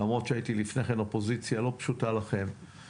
למרות שהייתי לפני כן אופוזיציה לא פשוטה לכם.